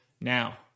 Now